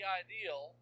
ideal